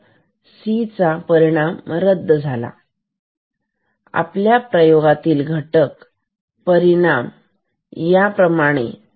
तर C चा परिणाम रद्द झाला आपल्या प्रयोगातील घटक परिणाम याप्रमाणे